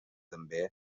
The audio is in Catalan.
també